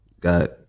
got